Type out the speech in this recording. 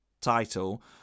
title